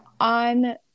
on